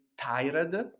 tired